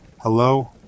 Hello